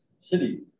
city